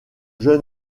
jeune